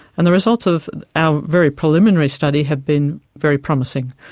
and the results of our very preliminary study have been very promising.